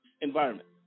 environment